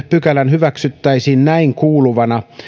pykälä hyväksyttäisiin näin kuuluvana